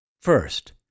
First